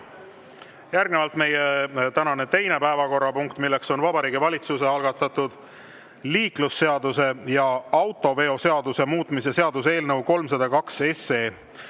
Järgnevalt meie tänane teine päevakorrapunkt, mis on Vabariigi Valitsuse algatatud liiklusseaduse ja autoveoseaduse muutmise seaduse eelnõu 302.